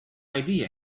idea